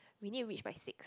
we need to reach by six